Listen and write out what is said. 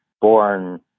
born